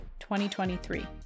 2023